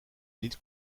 niet